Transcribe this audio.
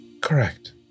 Correct